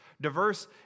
Diverse